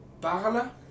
parle